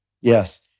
Yes